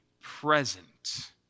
present